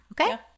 Okay